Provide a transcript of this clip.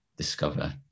discover